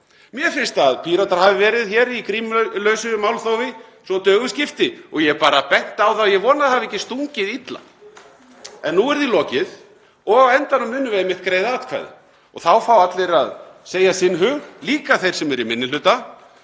Mér finnst að Píratar hafi verið hér í grímulausu málþófi svo dögum skiptir. Ég benti bara á það og ég vona að það hafi ekki stungið illa. En nú er því lokið og á endanum munum við einmitt greiða atkvæði. Þá fá allir að segja sinn hug, líka þeir sem eru í minni hluta